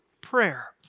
prayer